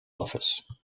office